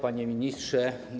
Panie Ministrze!